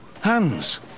Hands